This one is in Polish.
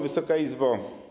Wysoka Izbo!